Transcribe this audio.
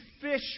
fish